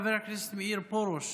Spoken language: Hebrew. חבר הכנסת מאיר פרוש,